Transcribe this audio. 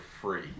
free